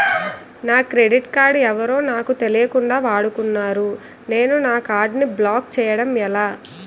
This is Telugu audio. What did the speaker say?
నా క్రెడిట్ కార్డ్ ఎవరో నాకు తెలియకుండా వాడుకున్నారు నేను నా కార్డ్ ని బ్లాక్ చేయడం ఎలా?